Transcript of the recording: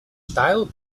style